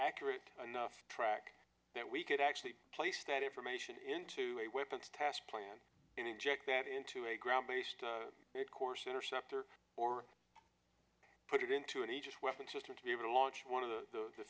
ccurate enough track that we could actually play state information into a weapon task plan and inject that into a ground based course interceptor or put it into an aegis weapon system to be able to launch one of the